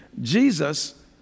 Jesus